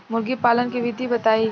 मुर्गी पालन के विधि बताई?